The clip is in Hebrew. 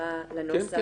הבהרה על הנוסח.